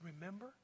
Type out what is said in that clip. remember